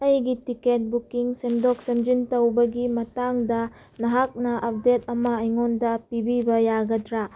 ꯑꯩꯒꯤ ticket booking ꯁꯦꯝꯗꯣꯛ ꯁꯦꯝꯖꯤꯟ ꯇꯧꯕꯒꯤ ꯃꯇꯥꯡꯗ ꯅꯍꯥꯛꯅ ꯑꯞꯗꯦꯠ ꯑꯃ ꯑꯩꯉꯣꯟꯗ ꯄꯤꯕꯤꯕ ꯌꯥꯒꯗ꯭ꯔꯥ